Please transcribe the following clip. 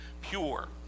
pure